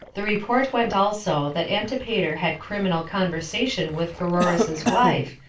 the report went also, that antipater had criminal conversation with pheroras's wife,